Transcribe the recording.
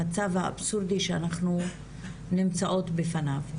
המצב האבסורדי שאנחנו נמצאות בפניו,